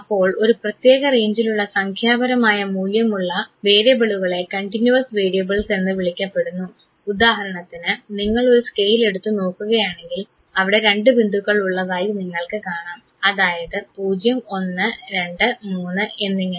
അപ്പോൾ ഒരു പ്രത്യേക റേഞ്ചിലുള്ള സംഖ്യാപരമായ മൂല്യമുള്ള വേരിയബിളുകളെ കണ്ടിന്യൂവസ് വേരിയബിൾസ് എന്ന് വിളിക്കപ്പെടുന്നു ഉദാഹരണത്തിന് നിങ്ങൾ ഒരു സ്കെയിൽ എടുത്ത് നോക്കുകയാണെങ്കിൽ അവിടെ 2 ബിന്ദുക്കൾ ഉള്ളതായി നിങ്ങൾക്ക് കാണാം അതായത് 0 1 2 3 എന്നിങ്ങനെ